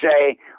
say